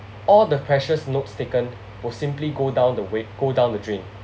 all the precious notes taken will simply go down the weight go down the drain